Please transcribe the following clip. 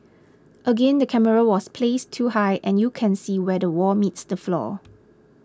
again the camera was placed too high and you can see where the wall meets the floor